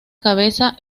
cabeza